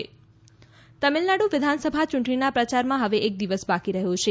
તમિલનાડુ ચૂંટણી તમિલનાડુ વિધાનસભા યૂંટણીના પ્રચારમાં હવે એક દિવસ બાકી રહ્યો છે